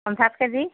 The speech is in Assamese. পঞ্চাছ কে জি